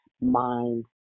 mind